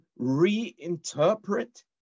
reinterpret